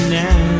now